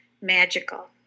magical